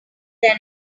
then